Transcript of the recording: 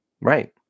Right